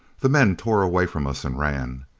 the men tore away from us and ran.